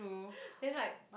then like